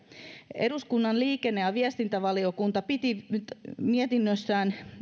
eduskunnan liikenne ja viestintävaliokunta piti nyt mietinnössään